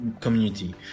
community